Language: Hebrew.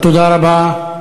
תודה רבה.